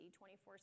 24